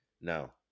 No